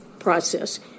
process